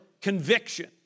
conviction